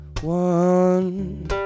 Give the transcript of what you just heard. one